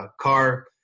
car